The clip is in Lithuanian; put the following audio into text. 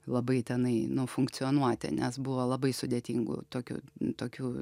labai tenai nu funkcionuoti nes buvo labai sudėtingų tokių tokių